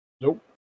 Nope